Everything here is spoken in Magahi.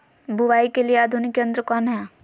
बुवाई के लिए आधुनिक यंत्र कौन हैय?